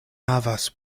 havas